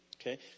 Okay